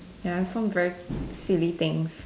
ya is some very silly things